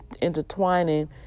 intertwining